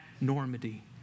Normandy